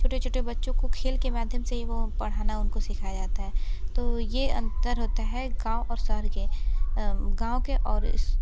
छोटे छोटे बच्चों को खेल के माध्यम से ही वो पढ़ना उनको सिखाया जाता है तो ये अंतर होता है गाँव और शहर के गाँव के और इस